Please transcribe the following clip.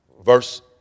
verse